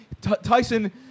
Tyson